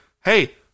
hey